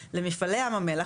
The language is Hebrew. שמתיר למפעלי ים המלח,